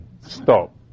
Stop